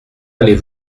allez